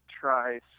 try